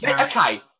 okay